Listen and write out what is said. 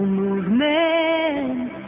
movement